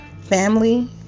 family